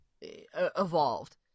evolved